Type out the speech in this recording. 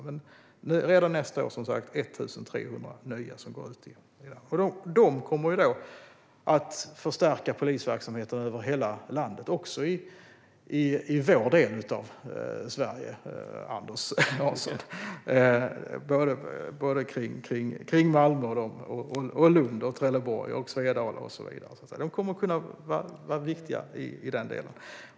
Men redan nästa år går det som sagt ut 1 300 nya poliser. De kommer då att förstärka polisverksamheten över hela landet - också i vår del av Sverige, Anders Hansson, kring Malmö, Lund, Trelleborg, Svedala och så vidare. De kommer att vara viktiga i den delen.